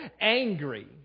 angry